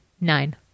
Nine